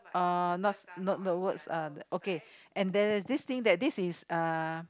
uh not not works uh okay and then this thing that this is uh